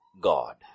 God